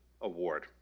Award